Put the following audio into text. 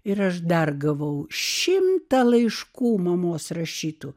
ir aš dar gavau šimtą laiškų mamos rašytų